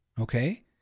okay